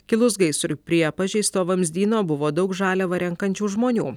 kilus gaisrui prie pažeisto vamzdyno buvo daug žaliavą renkančių žmonių